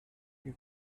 you